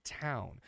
town